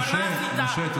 בושה לחיילים.